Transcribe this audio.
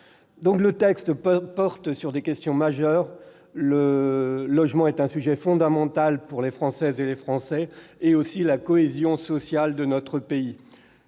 projet de loi porte sur des questions majeures. Le logement est un sujet fondamental pour les Françaises et les Français, pour la cohésion sociale de notre pays.